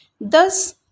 Thus